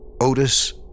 Otis